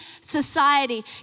society